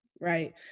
right